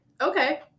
Okay